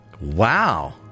Wow